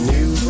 New